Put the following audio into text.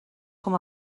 com